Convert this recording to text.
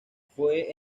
fue